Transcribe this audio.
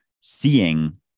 seeing